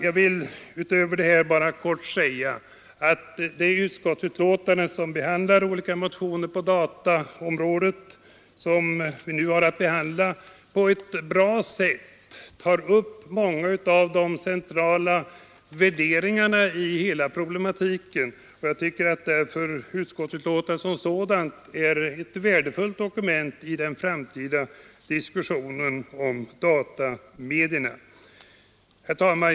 Jag vill bara tillägga att det utskottsbetänkande med anledning av olika motioner på dataområdet, som vi nu har att behandla, på ett bra sätt tar upp många av de centrala värderingarna i hela problematiken. Jag tycker därför att betänkandet som sådant är ett värdefullt dokument i den framtida diskussionen om datamedierna. Herr talman!